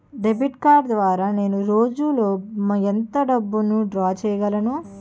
Debit card ద్వారా నేను రోజు లో ఎంత డబ్బును డ్రా చేయగలను?